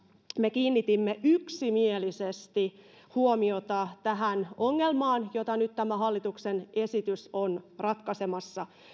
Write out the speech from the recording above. kiinnitimme yksimielisesti huomiota tähän ongelmaan jota nyt tämä hallituksen esitys on ratkaisemassa